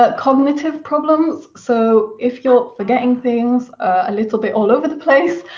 ah cognitive problems so, if you're forgetting things, a little bit all over the place,